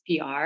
PR